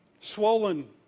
swollen